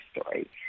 story